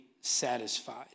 satisfied